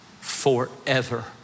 forever